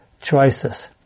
choices